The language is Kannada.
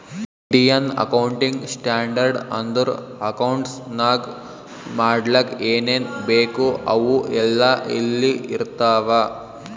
ಇಂಡಿಯನ್ ಅಕೌಂಟಿಂಗ್ ಸ್ಟ್ಯಾಂಡರ್ಡ್ ಅಂದುರ್ ಅಕೌಂಟ್ಸ್ ನಾಗ್ ಮಾಡ್ಲಕ್ ಏನೇನ್ ಬೇಕು ಅವು ಎಲ್ಲಾ ಇಲ್ಲಿ ಇರ್ತಾವ